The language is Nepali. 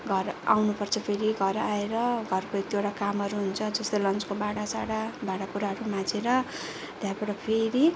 घर आउनुपर्छ फेरि घर आएर घरको एक दुईवटा कामहरू हुन्छ जस्तो लन्चको भाँडासाँडा भाँडाकुँडाहरू माझेर त्यहाँबाट फेरि